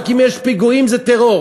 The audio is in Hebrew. רק אם יש פיגועים זה טרור,